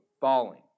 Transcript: falling